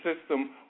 system